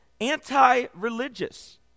anti-religious